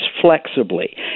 flexibly